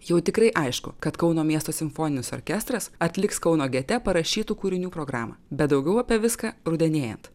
jau tikrai aišku kad kauno miesto simfoninis orkestras atliks kauno gete parašytų kūrinių programą bet daugiau apie viską rudenėjant